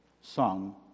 sung